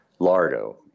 Lardo